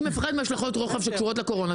היא מפחדת מהשלכות רוחב שקשורות לקורונה.